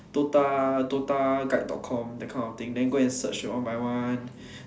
DOTA DOTA guide dot com that kind of thing then go and search one by one